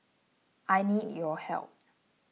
I need your help